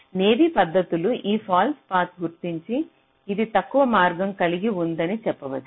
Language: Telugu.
కాని నేవి పద్ధతులు ఈ ఫాల్స్ పాత్ గుర్తించి ఇది తక్కువ మార్గం కలిగి ఉందని చెప్పవచ్చు